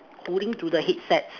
holding to the headsets